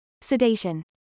Sedation